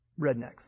rednecks